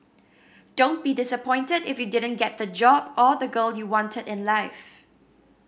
don't be disappointed if you didn't get the job or the girl you wanted in life